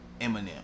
Eminem